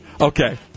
Okay